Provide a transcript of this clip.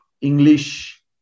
English